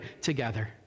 together